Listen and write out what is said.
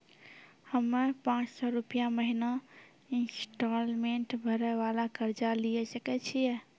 हम्मय पांच सौ रुपिया महीना इंस्टॉलमेंट भरे वाला कर्जा लिये सकय छियै?